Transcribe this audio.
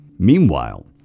Meanwhile